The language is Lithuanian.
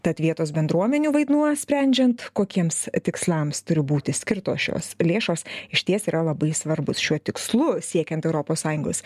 tad vietos bendruomenių vaidmuo sprendžiant kokiems tikslams turi būti skirtos šios lėšos išties yra labai svarbūs šiuo tikslu siekiant europos sąjungos